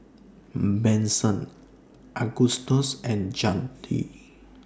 Benson Agustus and Zadie